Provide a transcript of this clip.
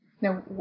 Now